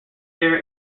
air